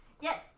yes